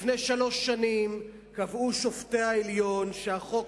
לפני שלוש שנים קבעו שופטי העליון שהחוק